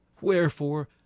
Wherefore